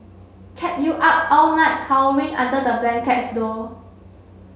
kept you up all night cowering under the blankets though